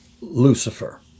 Lucifer